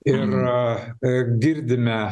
ir girdime